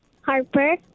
Harper